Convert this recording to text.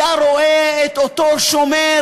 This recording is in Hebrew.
היה רואה את אותו שומר,